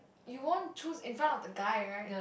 you won't choose in front of the guy right